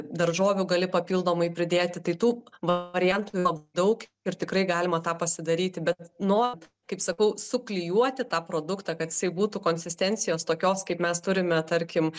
daržovių gali papildomai pridėti tai tų variantų labai daug ir tikrai galima ta pasidaryti bet nuo kaip sakau suklijuoti tą produktą kad jisai būtų konsistencijos tokios kaip mes turime tarkim